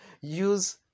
use